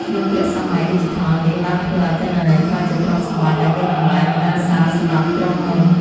យុគសម័យឌីជីថលនេះបានធ្វើឱ្យទិន្នន័យក្លាយជាទ្រព្យសម្បត្តិដែលមានតម្លៃមហាសាលសម្រាប់ក្រុមហ៊ុន។